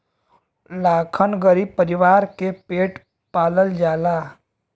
लाखन गरीब परीवार के पेट पालल जाला